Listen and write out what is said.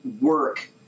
work